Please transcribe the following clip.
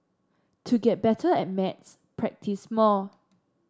to get better at maths practise more